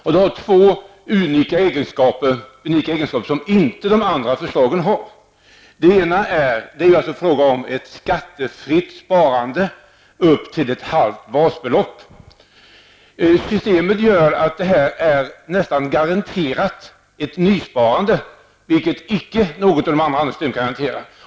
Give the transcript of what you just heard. Systemet med personliga investeringkonton har två unika egenskaper som inte de andra förslagen har. Personliga investeringskonton är alltså en sparform som är skattefri upp till ett halvt basbelopp. Systemet gör att det nästan garanterat blir fråga om ett nysparande, vilket icke något av de andra systemen kan garantera.